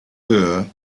our